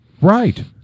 Right